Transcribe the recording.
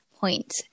point